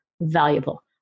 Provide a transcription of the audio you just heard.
valuable